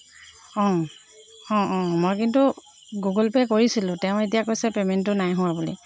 অঁ অঁ অঁ মই কিন্তু গগুল পে' কৰিছিলোঁ তেওঁ এতিয়া কৈছে পেমেণ্টটো নাই হোৱা বুলি